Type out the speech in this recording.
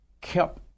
kept